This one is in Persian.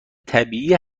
طبیعیه